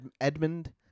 Edmund